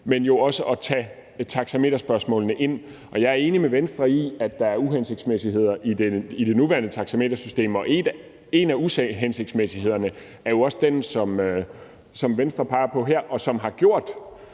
forhold til at tage taxameterspørgsmålene ind. Jeg er enig med Venstre i, at der er uhensigtsmæssigheder i det nuværende taxametersystem, og en af uhensigtsmæssighederne er jo den, som Venstre peger på her, og som